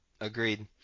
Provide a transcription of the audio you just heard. Agreed